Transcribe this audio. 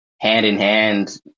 hand-in-hand